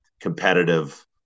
competitive